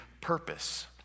purpose